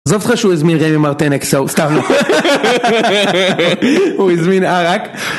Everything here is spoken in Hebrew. עזוב אותך שהוא הזמין מרטיני אקסל, סתם.. הוא הזמין עראק